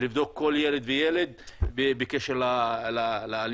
ולבדוק כל ילד וילד בקשר לאלימות.